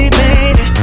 baby